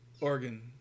Organ